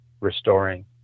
restoring